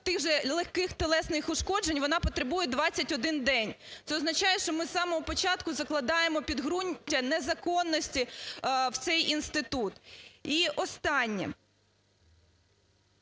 тих же легких тілесних ушкоджень, вона потребує 21 день. Це означає, що ми з самого початку закладаємо підґрунтя незаконності в цей інститут. І останнє.